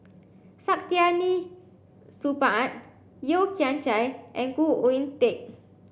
Saktiandi Supaat Yeo Kian Chai and Khoo Oon Teik